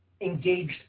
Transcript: engaged